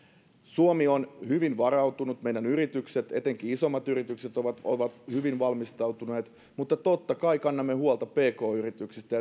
suomi on hyvin varautunut meidän yritykset etenkin isommat yritykset ovat ovat hyvin valmistautuneet mutta totta kai kannamme huolta pk yrityksistä